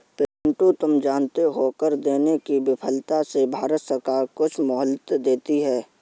पिंटू तुम जानते हो कर देने की विफलता से भारत सरकार कुछ मोहलत देती है